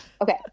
Okay